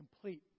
complete